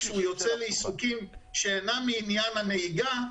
כשהוא יוצא לעיסוקים שאינם מעניין הנהיגה,